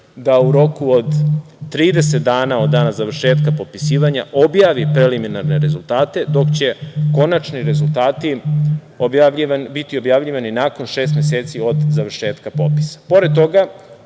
da u roku od 30 dana od dana završetka popisivanja objavi preliminarne rezultate, dok će konačni rezultati biti objavljivani nakon šest meseci od završetka popisa. Pored